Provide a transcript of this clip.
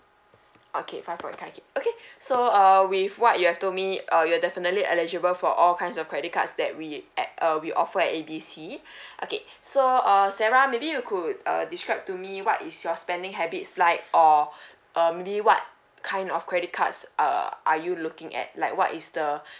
okay five okay so uh with what you have to me err you're definitely eligible for all kinds of credit cards that we at uh we offer at A B C okay so err sarah maybe you could uh describe to me what is your spending habits like or um maybe what kind of credit cards err are you looking at like what is the